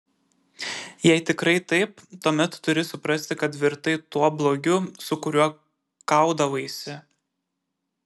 jei tikrai taip tuomet turi suprasti kad virtai tuo blogiu su kuriuo kaudavaisi